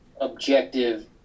objective